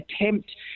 attempt